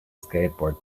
skateboard